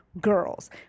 girls